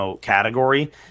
category